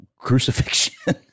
Crucifixion